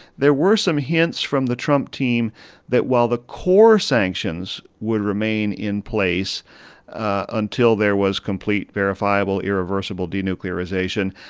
there were some hints from the trump team that while the core sanctions would remain in place until there was complete, verifiable, irreversible denuclearization,